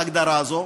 ההגדרה הזו,